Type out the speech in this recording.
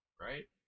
right